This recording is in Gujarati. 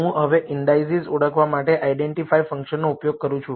હું હવે ઈન્ડાઈસિસ ઓળખવા માટે આઈડેન્ટિફાય ફંકશનનો ઉપયોગ કરું છું